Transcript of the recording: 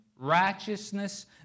righteousness